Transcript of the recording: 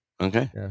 Okay